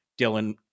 Dylan